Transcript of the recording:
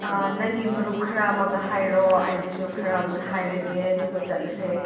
ꯑꯥ ꯅꯪꯒꯤ ꯃꯔꯨꯞ ꯈꯔ ꯑꯃꯒ ꯍꯥꯏꯔꯣ ꯑꯩꯒꯤꯁꯨ ꯈꯔ ꯑꯃꯒ ꯍꯥꯏꯔꯒꯦ ꯑꯗꯨꯒ ꯆꯠꯂꯁꯦ